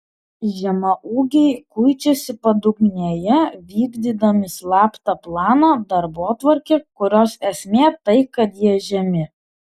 žemaūgiai kuičiasi padugnėje vykdydami slaptą planą darbotvarkę kurios esmė tai kad jie žemi